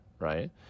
Right